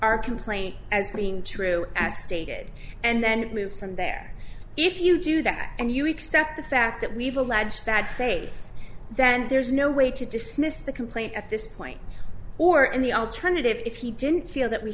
our complaint as being true as stated and then move from there if you do that and you accept the fact that we've alleged bad faith then there's no way to dismiss the complaint at this point or in the alternative if he didn't feel that we